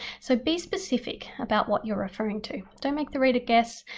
so be specific about what you're referring to, don't make the reader guess.